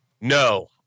No